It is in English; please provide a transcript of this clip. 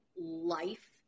life